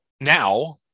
now